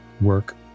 work